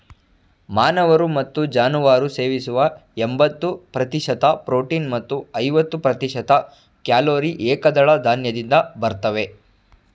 ಮಾನವರು ಮತ್ತು ಜಾನುವಾರು ಸೇವಿಸುವ ಎಂಬತ್ತು ಪ್ರತಿಶತ ಪ್ರೋಟೀನ್ ಮತ್ತು ಐವತ್ತು ಪ್ರತಿಶತ ಕ್ಯಾಲೊರಿ ಏಕದಳ ಧಾನ್ಯದಿಂದ ಬರ್ತವೆ